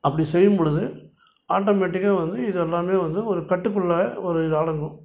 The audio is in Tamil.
அப்படி செய்யும்பொழுது ஆட்டோமெட்டிக்காக வந்து இது எல்லாமே வந்து ஒரு கட்டுக்குள்ளே ஒரு இது அடங்கும்